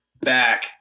back